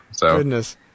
Goodness